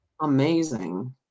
Amazing